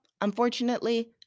unfortunately